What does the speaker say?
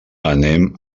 anem